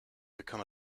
become